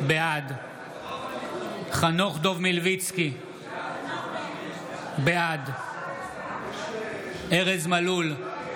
בעד חנוך דב מלביצקי, בעד ארז מלול, בעד